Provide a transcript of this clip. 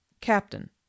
Captain